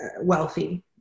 wealthy